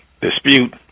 dispute